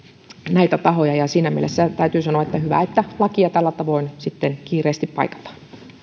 näitä tahoja siinä mielessä täytyy sanoa että hyvä että lakia tällä tavoin kiireesti paikataan